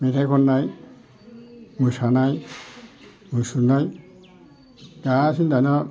मेथाइ खननाय मोसानाय मुसुरनाय गासैनो दाना